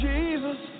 Jesus